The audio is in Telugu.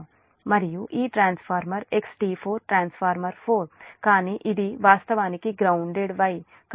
మరియు ఈ ట్రాన్స్ఫార్మర్ XT4 ట్రాన్స్ఫార్మర్ 4 కానీ ఇది వాస్తవానికి గ్రౌన్దేడ్ Y